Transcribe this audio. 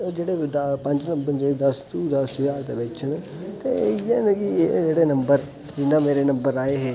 एह् जेह्ड़े पंज पंजे दस दस ज्हार दे बिच्च न ते इ'यै न जेह्ड़े नम्बर जियां मेरे नम्बर आए हे